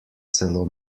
celo